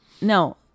no